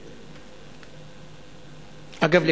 אגב,